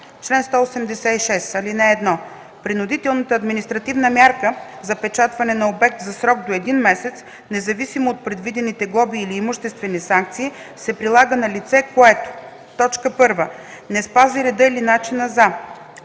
„Чл. 186. (1) Принудителната административна мярка запечатване на обект за срок до един месец, независимо от предвидените глоби или имуществени санкции, се прилага на лице, което: 1. не спази реда или начина за: